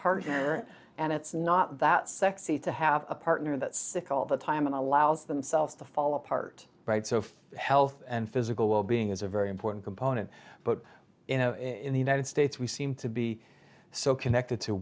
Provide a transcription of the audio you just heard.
partner and it's not that sexy to have a partner that's sick all the time and allows themselves to fall apart right so health and physical wellbeing is a very important component but in the united states we seem to be so connected to